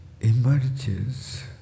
emerges